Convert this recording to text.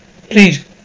Please